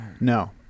No